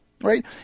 right